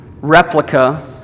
replica